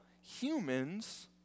humans